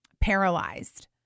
paralyzed